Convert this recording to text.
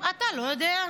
אתה לא יודע.